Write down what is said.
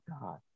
God